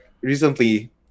recently